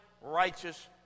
righteous